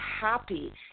happy